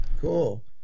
Cool